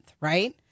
right